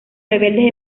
rebeldes